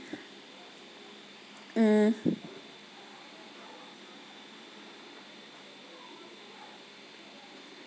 mm